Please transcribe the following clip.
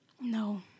No